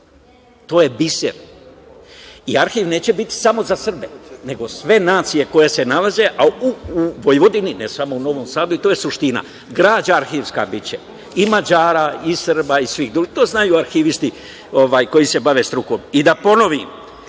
To je biser. Arhiv neće biti samo za Srbe, nego za sve nacije koje se nalaze, a u Vojvodini, ne samo u Novom Sadu i to je suština. Građa arhivska biće i Mađara i Srba i svih drugih. To znaju arhivisti koji se bave strukom. Da ponovim,